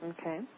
Okay